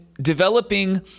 Developing